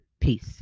Peace